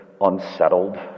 unsettled